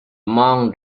monk